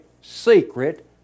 secret